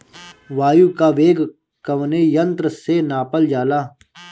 वायु क वेग कवने यंत्र से नापल जाला?